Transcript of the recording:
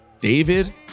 David